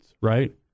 right